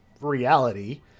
reality